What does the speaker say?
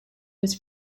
was